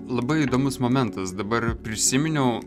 labai įdomus momentas dabar prisiminiau